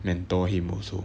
mentor him also